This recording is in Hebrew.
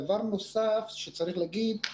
דבר נוסף שצריך לומר,